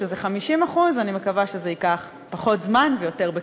שזה 50% אני מקווה שזה ייקח פחות זמן ויותר בקלות.